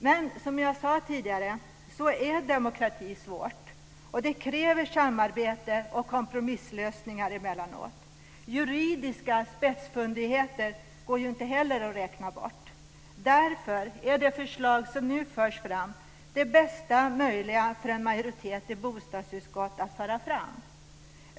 Men som jag sade tidigare är demokrati svårt. Det kräver samarbete och kompromisslösningar emellanåt. Juridiska spetsfundigheter går inte heller att räkna bort. Därför är det förslag som nu förs fram det bästa möjliga för en majoritet i bostadsutskottet att föra fram.